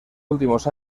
últimos